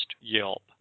Yelp